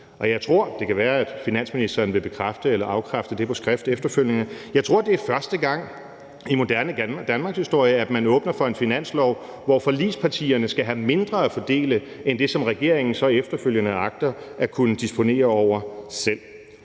det kan være, finansministeren vil bekræfte eller afkræfte det på skrift efterfølgende – at det er første gang i moderne danmarkshistorie, at man åbner for en finanslovsforhandling, hvor forligspartierne skal have mindre at fordele end det, som regeringen så efterfølgende agter at kunne disponere over selv.